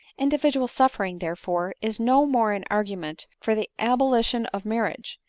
individual suffering, therefore, is no more an argu ment for the abolition of marriage,